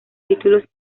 títulos